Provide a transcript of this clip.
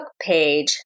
page